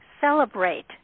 Celebrate